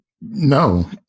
No